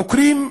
עוקרים,